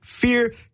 Fear